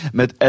met